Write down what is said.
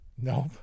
Nope